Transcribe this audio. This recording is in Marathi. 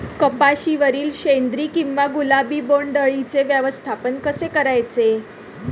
कपाशिवरील शेंदरी किंवा गुलाबी बोंडअळीचे व्यवस्थापन कसे करायचे?